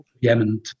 Yemen